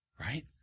right